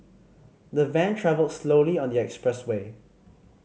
the van travelled slowly on the expressway